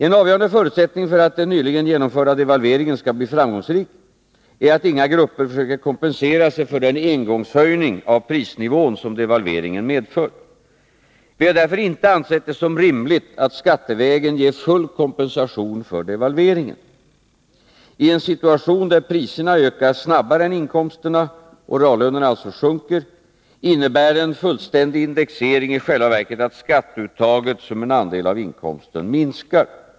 En avgörande förutsättning för att den nyligen genomförda devalveringen skall bli framgångsrik är att inga grupper försöker kompensera sig för den engångshöjning av prisnivån som devalveringen medför. Vi har därför inte ansett det som rimligt att skattevägen ge full kompensation för devalveringen. I en situation där priserna ökar snabbare än inkomsterna och reallönerna alltså sjunker, innebär en fullständig indexering i själva verket att skatteuttaget, som en andel av inkomsten, minskar.